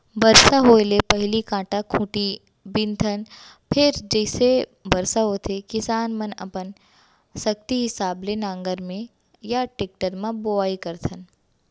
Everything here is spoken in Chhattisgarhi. बरसा होए ले पहिली कांटा खूंटी बिनथन फेर जइसे बरसा होथे किसान मनअपन सक्ति हिसाब ले नांगर म या टेक्टर म बोआइ करथन